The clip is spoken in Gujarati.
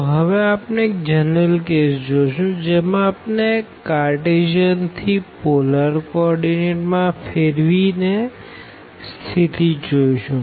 તો હવે આપણે એક જનરલ કેસ જોશું જેમાં આપણે કાઅર્તેસિયન થી પોલર કો ઓર્ડીનેટ માં ફેરવી ને સ્થિતિ જોઈશું